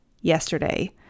yesterday